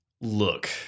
Look